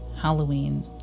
Halloween